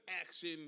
action